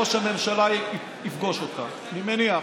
אנחנו, בעצם ראש הממשלה יפגוש אותך, אני מניח.